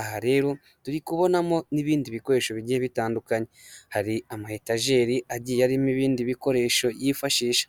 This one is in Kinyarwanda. Aha rero turi kubonamo n'ibindi bikoresho bigiye bitandukanye hari amahetajeri agiye arimo ibindi bikoresho yifashisha.